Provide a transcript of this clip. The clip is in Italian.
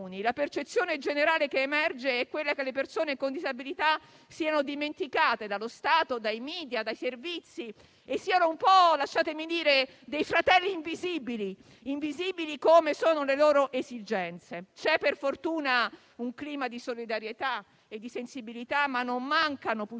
La percezione generale che emerge è che le persone con disabilità siano dimenticate dallo Stato, dai *media*, dai servizi, che siano un po' - lasciatemi dire - dei fratelli invisibili, come invisibili sono le loro esigenze. C'è, per fortuna, un clima di solidarietà e sensibilità, ma non mancano purtroppo